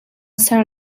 ser